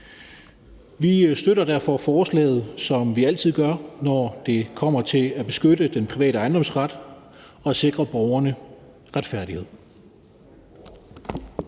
Vi støtter derfor forslaget, som vi altid gør, når det kommer til at beskytte den private ejendomsret og sikre borgerne retfærdighed.